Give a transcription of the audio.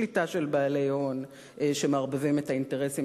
שליטה של בעלי הון שמערבבים את האינטרסים